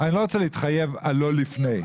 לא רוצה להתחייב שזה לא יהיה לפני.